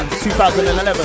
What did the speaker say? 2011